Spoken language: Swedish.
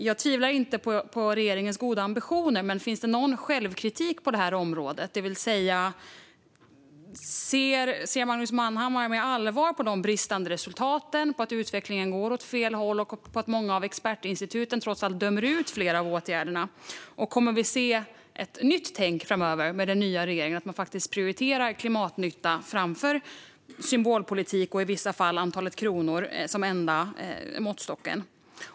Jag tvivlar inte på regeringens goda ambitioner, men finns det någon självkritik på detta område? Ser Magnus Manhammar med allvar på de bristande resultaten, på att utvecklingen går åt fel håll och på att många av expertinstituten trots allt dömer ut flera av åtgärderna? Kommer vi att se ett nytt tänk framöver med den nya regeringen? Kommer man att prioritera klimatnytta framför symbolpolitik och i vissa fall antal kronor som enda måttstock?